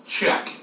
Check